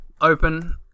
open